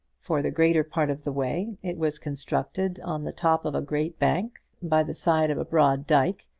for the greater part of the way it was constructed on the top of a great bank by the side of a broad dike,